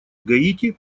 гаити